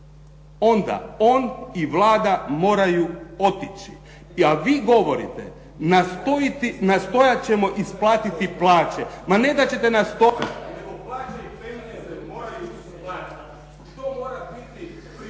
onda on i Vlada moraju otići. Je ali vi govorite nastojati ćemo isplatiti plaće, ma ne da ćete nas